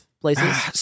places